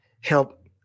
help